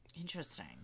Interesting